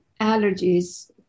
allergies